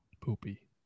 Poopy